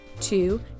Two